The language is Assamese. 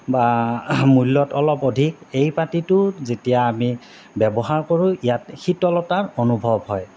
বা মূল্যত অলপ অধিক এই পাতিটো যেতিয়া আমি ব্যৱহাৰ কৰোঁ ইয়াত শীতলতাৰ অনুভৱ হয়